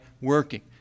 working